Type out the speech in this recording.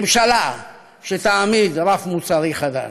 ממשלה שתעמיד רף מוסרי חדש.